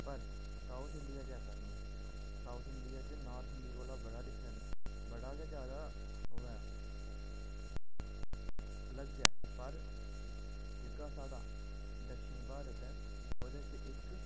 पर south India च ऐसा निं ऐ साऊथ इंडिया च नार्थ इंडिया कोला बड़ा डिफरेंट ऐ बड़ा गै जादा ओह् ऐ अलग ऐ पर जेह्का साढ़ा दक्षिण भारत ऐ ओह्दे च इक्क